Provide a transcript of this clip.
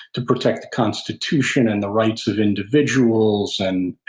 to protect the constitution and the rights of individuals, and